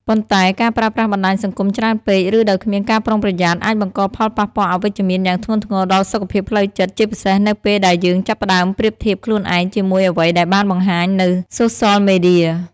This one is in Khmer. ប៉ុន្តែ ការប្រើប្រាស់បណ្ដាញសង្គមច្រើនពេក ឬដោយគ្មានការប្រុងប្រយ័ត្នអាចបង្កផលប៉ះពាល់អវិជ្ជមានយ៉ាងធ្ងន់ធ្ងរដល់សុខភាពផ្លូវចិត្ត ជាពិសេសនៅពេលដែលយើងចាប់ផ្ដើមប្រៀបធៀបខ្លួនឯងជាមួយអ្វីដែលបានបង្ហាញនៅសូសលមេឌៀ។